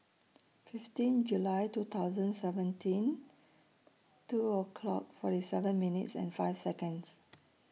fifteen July two thousand and seventeen two o'clock forty seven minutes and five Seconds